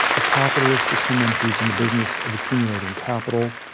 a capitalist is someone who is in the business of accumulating capital.